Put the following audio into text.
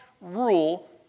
rule